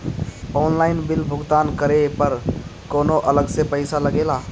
Online bill भुगतान करे पर कौनो अलग से पईसा लगेला?